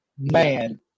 man